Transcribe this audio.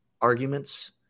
arguments